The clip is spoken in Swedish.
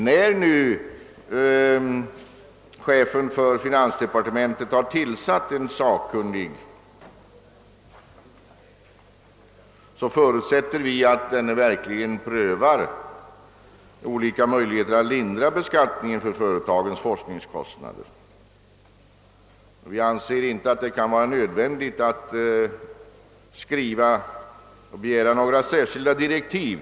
När nu chefen för finansdepartementet har tillsatt en sakkunnig förutsätter vi att denne verkligen prövar olika möjligheter att lindra beskattningen beträffande företagens forskningskostnader. Enligt vår mening är det inte nödvändigt att begära några särskilda direktiv.